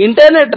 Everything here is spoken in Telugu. ఇంటర్నెట్